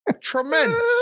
Tremendous